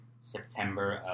September